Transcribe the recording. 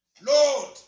Lord